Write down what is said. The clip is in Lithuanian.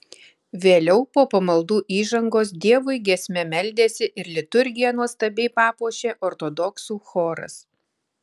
vėliau po pamaldų įžangos dievui giesme meldėsi ir liturgiją nuostabiai papuošė ortodoksų choras